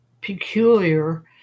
peculiar